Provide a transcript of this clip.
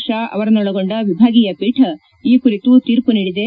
ಷಾ ಅವರನ್ನೊಳಗೊಂಡ ವಿಭಾಗೀಯ ಪೀಠ ಈ ಕುರಿತು ತೀರ್ಪು ನೀಡಿದೆ